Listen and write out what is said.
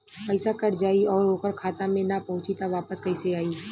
पईसा कट जाई और ओकर खाता मे ना पहुंची त वापस कैसे आई?